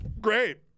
Great